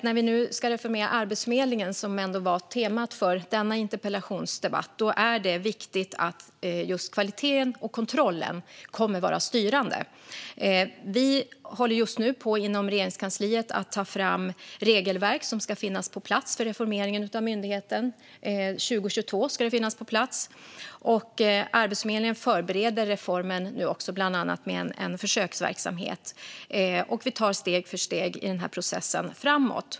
När vi nu ska reformera Arbetsförmedlingen, som ändå var temat för denna interpellationsdebatt, är det viktigt att just kvaliteten och kontrollen kommer att vara styrande. Vi håller på Regeringskansliet just nu på med att ta fram regelverk som ska finnas på plats för reformering av myndigheten. Det ska finnas på plats 2022. Arbetsförmedlingen förbereder reformen bland annat med en försöksverksamhet. Vi tar steg för steg framåt i den här processen.